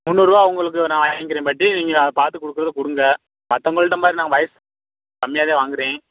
முந்நூறுபா உங்களுக்கு நான் வாங்கிக்கிறேன் பாட்டி நீங்கள் பார்த்து கொடுக்கறதக் கொடுங்க மற்றவங்கள்ட்ட மாதிரி நான் வய கம்மியாக தேன் வாங்கிறேன்